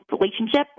relationship